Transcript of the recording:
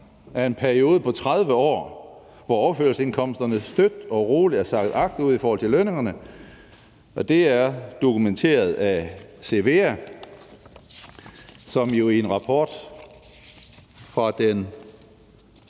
af en periode på 30 år, hvor overførselsindkomsterne støt og roligt er sejlet agterud i forhold til lønningerne. Og det er dokumenteret af Cevea, som jo i en rapport fra